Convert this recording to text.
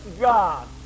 God